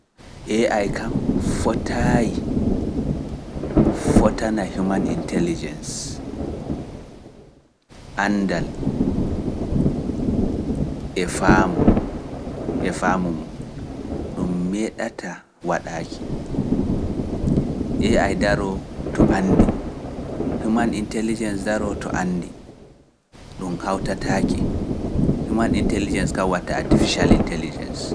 AI kam fotaayi fotana human intelligence, anndal, e faamu, e faamu mum, ɗum meeɗata waɗaaki. Ai kam daroo to anndi, human intelligence daroo to anndi, ɗum hawtataaki, human intelligence kam watta artificial intelligence